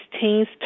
teens